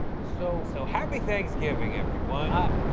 so so happy thanksgiving everyone.